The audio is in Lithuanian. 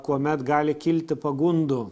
kuomet gali kilti pagundų